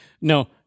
No